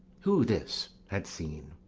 who this had seen,